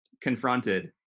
confronted